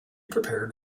prepared